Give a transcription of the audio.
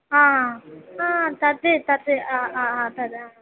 आ तत् तत् आ आ तद् आ